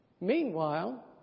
Meanwhile